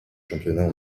championnat